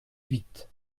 huit